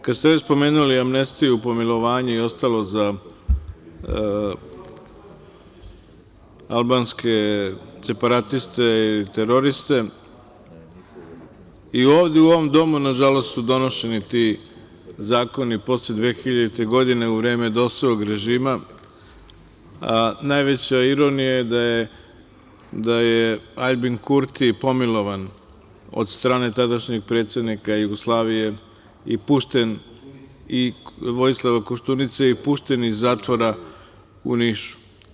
Kad ste već spomenuli amnestiju, pomilovanje i ostalo za albanske separatiste i teroriste, i ovde, u ovom Domu, nažalost, su donošeni ti zakoni posle 2000. godine, u vreme DOS-ovog režima, a najveća ironija je da je Aljbin Kurti pomilovan od strane tadašnjeg predsednika Jugoslavije i Vojislava Koštunice i pušten iz zatvora u Nišu.